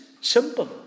Simple